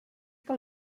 que